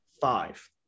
five